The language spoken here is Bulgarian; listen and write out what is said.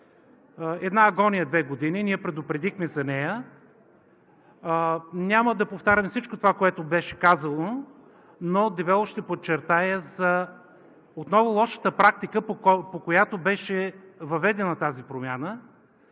Една агония две години. Ние предупредихме за нея. Няма да повтарям всичко, което беше казано, но дебело ще подчертая отново лошата практика, по която беше въведена тази промяна,